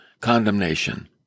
condemnation